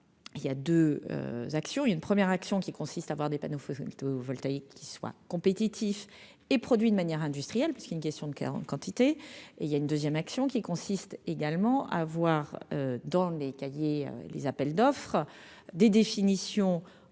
Il y a 2 actions il y a une première action qui consiste à avoir des panneaux photovoltaïques voltaïque qui soit. Compétitifs et produit de manière industrielle, parce qu'il est une question de quelle quantité et il y a une 2ème, action qui consiste également à voir dans les cahiers, les appels d'offres des définitions environnementales